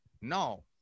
No